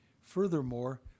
furthermore